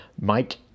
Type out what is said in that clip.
Mike